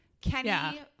Kenny